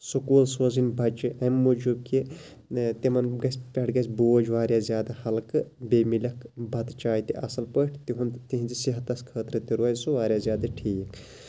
school سوزٕنۍ بَچہٕ اَمہِ موٗجوٗب کہِ تِمن گژھِ پٮ۪ٹھٕ گژھِ بوج واریاہ زیادٕ ہلکہٕ بیٚیہِ مِلیکھ بَتہٕ چاے تہِ اَصٕل پٲٹھۍ تِہُند تِہِندِ صحتَس خٲطرٕ تہِ روزِ سُہ واریاہ زیادٕ ٹھیٖک